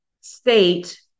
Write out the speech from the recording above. state